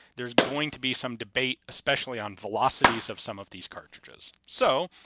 there's going to be some debate, especially on velocities, of some of these cartridges. so,